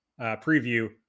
preview